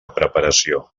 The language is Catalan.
preparació